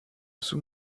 sous